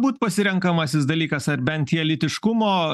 būt pasirenkamasis dalykas ar bent tie lytiškumo